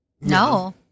No